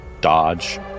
dodge